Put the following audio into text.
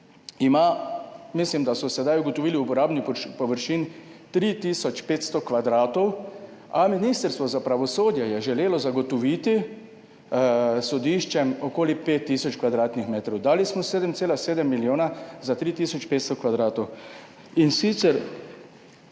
ima, mislim, da so sedaj ugotovili, uporabnih površin 3 tisoč 500 kvadratov, a Ministrstvo za pravosodje je želelo zagotoviti sodiščem okoli 5 tisoč kvadratnih metrov. Dali smo 7,7 milijona za 3 tisoč 500 kvadratov. In sicer,